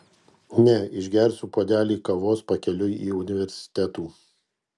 ne išgersiu puodelį kavos pakeliui į universitetų